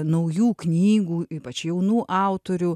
naujų knygų ypač jaunų autorių